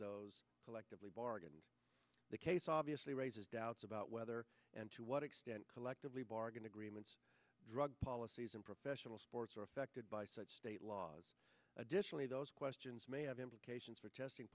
those collectively bargained the case obviously raises doubts about whether and to what extent collectively bargain agreements drug policies in professional sports are affected by such state laws additionally those questions may have implications for testing